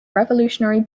revolutionary